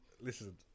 listen